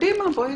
אז קדימה.